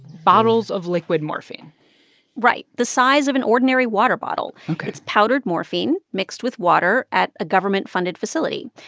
bottles of liquid morphine right, the size of an ordinary water bottle ok it's powdered morphine mixed with water at a government-funded facility.